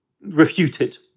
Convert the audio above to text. refuted